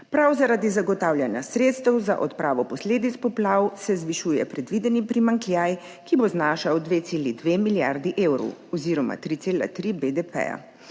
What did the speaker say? Prav zaradi zagotavljanja sredstev za odpravo posledic poplav se zvišuje predvideni primanjkljaj, ki bo znašal 2,2 milijarde evrov oziroma 3,3 % BDP.